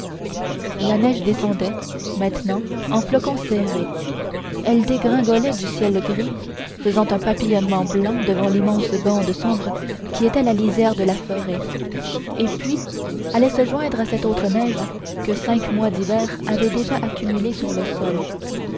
la neige descendait maintenant en flocons serrés elle dégringolait du ciel gris faisait un papillonnement blanc devant l'immense bande sombre qui était la lisière de la forêt et puis allait se joindre à cette autre neige que cinq mois d'hiver avaient déjà accumulée sur le sol